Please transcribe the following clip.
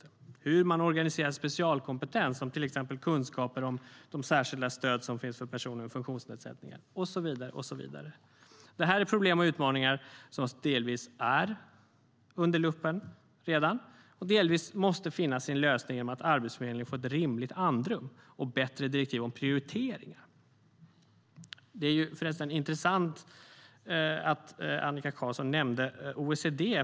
En annan utmaning är hur man organiserar specialkompetens, som till exempel kunskaper om de särskilda stöd som finns för personer med funktionsnedsättningar. Det här är problem och utmaningar som delvis redan är under luppen och som delvis måste finna sin lösning genom att Arbetsförmedlingen får ett rimligt andrum och bättre direktiv om prioriteringar. Det är förresten intressant att Annika Qarlsson nämnde OECD.